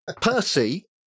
Percy